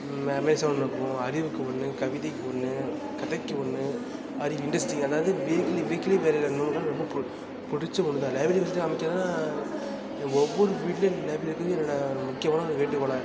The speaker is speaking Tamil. அமேசான் இருக்கும் அறிவுக்கு ஒன்று கவிதைக்கு ஒன்று கதைக்கு ஒன்று அறி இண்ட்ரெஸ்ட்டிங்காக அதாவது வீக்லி வீக்லி வெளியிடுற நூல்கள் ரொம்ப பு பிடிச்ச நூல் தான் லைப்ரரி காமிக்கிறதுனால் ஒவ்வொரு வீட்டிலையும் லைப்ரரி இருக்கணும்னு என்னோடய முக்கியமான ஒரு வேண்டுகோளாக இருக்குது